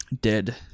Dead